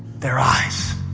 their eyes